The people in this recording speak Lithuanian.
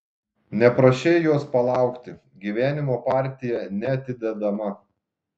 neprašei jos palaukti gyvenimo partija neatidedama